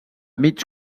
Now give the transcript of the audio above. mig